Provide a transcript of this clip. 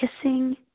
kissing